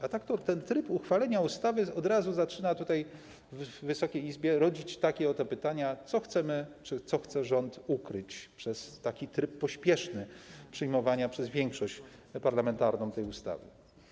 A tak to ten tryb uchwalenia ustawy od razu zaczyna tutaj w Wysokiej Izbie rodzić takie oto pytania: Co chcemy czy co chce rząd ukryć przez taki pospieszny tryb przyjmowania przez większość parlamentarną tej ustawy?